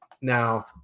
Now